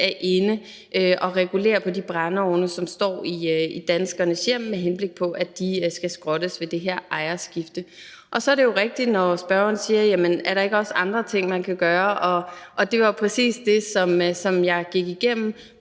er inde og regulere på de brændeovne, som står i danskernes hjem, med henblik på at de skal skrottes ved det her ejerskifte. Og så er det jo rigtigt, når spørgeren spørger: Jamen er der ikke også andre ting, man kan gøre? Det var præcis det, som jeg gik igennem,